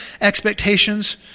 expectations